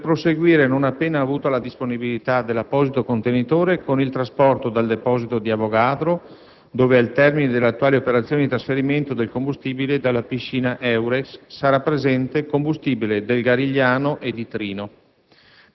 per proseguire - non appena avuta la disponibilità dell'apposito contenitore - con il trasporto dal deposito di Avogadro dove, al termine delle attuali operazioni di trasferimento del combustibile dalla piscina Eurex, sarà presente combustibile del Garigliano (dal